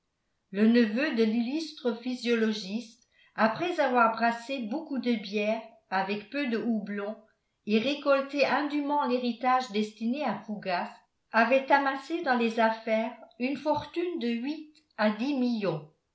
le neveu de l'illustre physiologiste après avoir brassé beaucoup de bière avec peu de houblon et récolté indûment l'héritage destiné à fougas avait amassé dans les affaires une fortune de huit à dix millions